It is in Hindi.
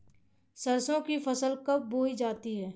सरसों की फसल कब बोई जाती है?